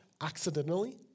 accidentally